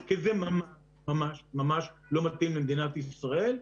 כי זה ממש ממש ממש לא מתאים למדינת ישראל.